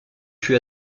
fut